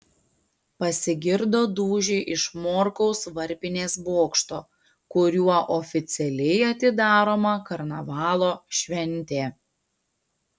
pasigirdo dūžiai iš morkaus varpinės bokšto kuriuo oficialiai atidaroma karnavalo šventė